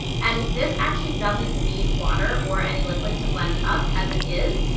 and this actually doesn't need water or any liquid to blend up as it is.